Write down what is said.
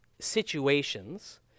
situations